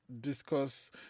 discuss